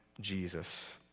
Jesus